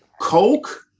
coke